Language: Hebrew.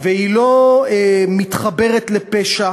והיא לא מתחברת לפשע